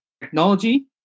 technology